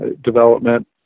development